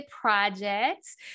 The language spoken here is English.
projects